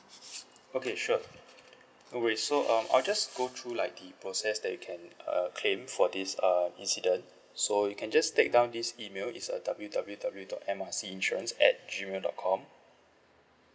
okay sure no worry so um I'll just go through like the process that you can uh claim for this err incident so you can just take down this email is a W W W dot M R C insurance at G mail dot com